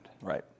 right